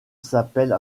s’appelle